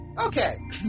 Okay